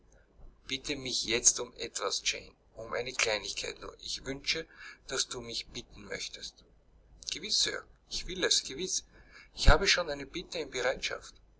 bitte mich jetzt um etwas jane um eine kleinigkeit nur ich wünsche daß du mich bitten möchtest gewiß sir ich will es gewiß ich habe schon eine bitte in bereitschaft